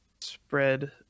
spread